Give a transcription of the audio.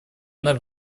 наш